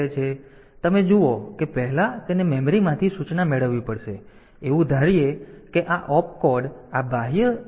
તેથી તમે જુઓ કે પહેલા તેને મેમરીમાંથી સૂચના મેળવવી પડશે તે હેતુ માટે એવું ધારીએ કે આ Opcode આ સૂચના બાહ્ય મેમરીમાં છે